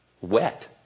wet